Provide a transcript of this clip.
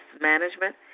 management